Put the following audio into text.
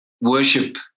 worship